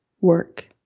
work